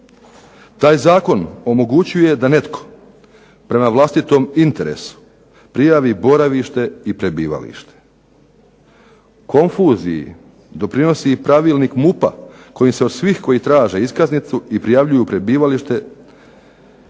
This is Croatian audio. Taj zakon omogućuje da netko prema vlastitom interesu prijavi boravište i prebivalište. Konfuziji doprinosi i pravilnik MUP-a kojim se od svih koji traje iskaznicu i prijavljuju prebivalište